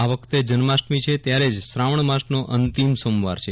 આ વખતે જન્માષ્ટમી છે ત્યારે જ શ્રાવણ માસનો અંતિમ સોમવાર છે